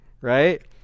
right